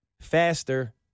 faster